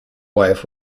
wife